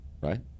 right